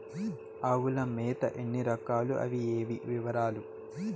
ఆవుల మేత ఎన్ని రకాలు? అవి ఏవి? వివరాలు?